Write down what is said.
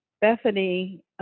Bethany